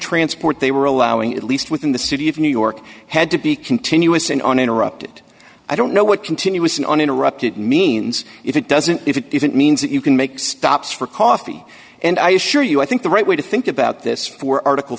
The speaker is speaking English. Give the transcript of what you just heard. transport they were allowing at least within the city of new york had to be continuous and uninterrupted i don't know what continuous and uninterrupted means if it doesn't if it does it means that you can make stops for coffee and i assure you i think the right way to think about this for article